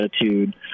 attitude